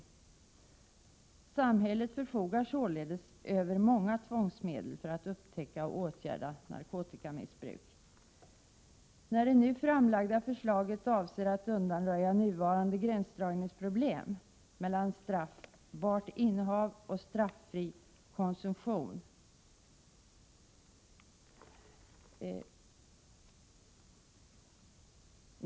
Samhället förfogar således över många tvångsmedel för att upptäcka och åtgärda narkotikamissbruk. Det nu framlagda förslaget avser att undanröja nuvarande gränsdragningsproblem mellan straffbart innehav och straffri konsumtion.